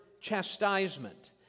chastisement